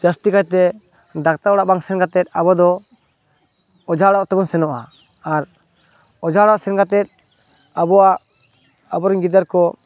ᱡᱟᱥᱛᱤ ᱠᱟᱭᱛᱮ ᱰᱟᱠᱛᱟᱨ ᱚᱲᱟᱜ ᱵᱟᱝ ᱥᱮᱱ ᱠᱟᱛᱮᱫ ᱟᱵᱚ ᱫᱚ ᱚᱡᱷᱟ ᱚᱲᱟᱜ ᱛᱮᱵᱚᱱ ᱥᱮᱱᱚᱜᱼᱟ ᱟᱨ ᱚᱡᱷᱟ ᱚᱲᱟᱜ ᱥᱮᱱ ᱠᱟᱛᱮᱫ ᱟᱵᱚᱣᱟᱜ ᱟᱵᱚᱨᱮᱱ ᱜᱤᱫᱟᱨ ᱠᱚ